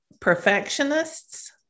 perfectionists